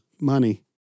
money